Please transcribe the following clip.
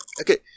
Okay